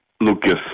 Lucas